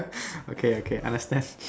okay okay understand